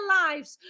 lives